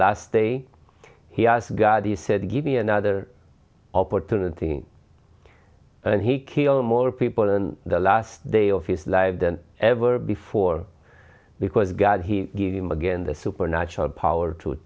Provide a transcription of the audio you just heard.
last day he asked god he said give me another opportunity and he kill more people and the last day of his life than ever before because god he gave him again the supernatural power to